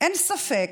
אין ספק